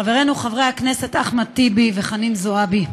חברנו חברי הכנסת אחמד טיבי וחנין זועבי: